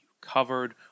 covered